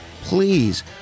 please